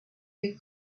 you